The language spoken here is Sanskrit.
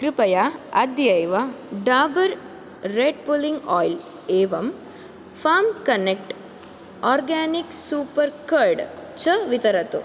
कृपया अद्यैव डाबर् रेड् पुल्लिङ्ग् आयिल् एवं farm connect organic super curd च वितरतु